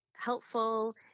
Helpful